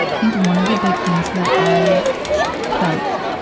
think one of the big things that i felt